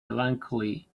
melancholy